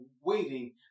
waiting